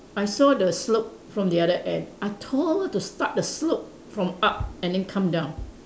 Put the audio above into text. I saw the slope from the other end I told her to start the slope from up and then come down